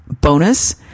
Bonus